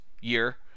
year